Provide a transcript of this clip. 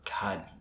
God